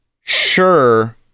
sure